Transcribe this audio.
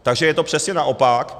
Takže je to přesně naopak.